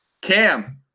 cam